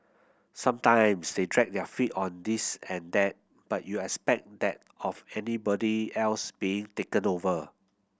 sometimes they dragged their feet on this and that but you expect that of anybody else being taken over